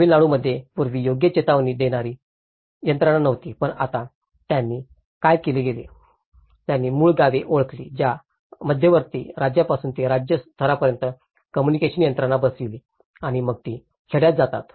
तामिळनाडूमध्ये पूर्वी योग्य चेतावणी देणारी यंत्रणा नव्हती पण आता त्यांनी काय केले त्यांनी मूळ गावे ओळखली ज्या मध्यवर्ती राज्यापासून ते राज्य स्तरापर्यंत कम्युनिकेशन यंत्रणा बसवतील आणि मग ती खेड्यात जातात